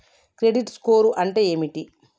Credit score అంటే ఏమిటి?